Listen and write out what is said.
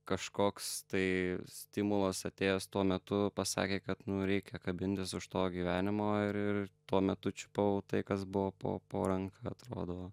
kažkoks tai stimulas atėjęs tuo metu pasakė kad nu reikia kabintis už to gyvenimo ir ir tuo metu čiupau tai kas buvo po po ranka atrodo